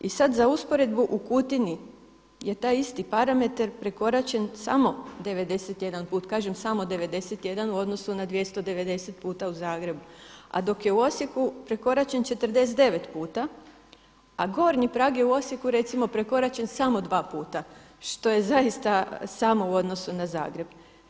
I sada za usporedbu u Kutini je taj isti parametar prekoračen samo 91 put, kažem samo 91 u odnosu na 290 puta u Zagrebu a dok je u Osijeku prekoračen 49 puta a gornji prag je u Osijeku recimo prekoračen samo 2 puta što je zaista samo u odnosu na Zagreb.